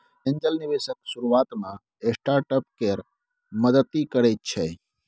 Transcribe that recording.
angel निबेशक शुरुआत मे स्टार्टअप केर मदति करैत छै